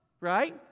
right